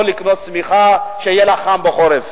או לקנות שמיכה שיהיה לה חם בחורף.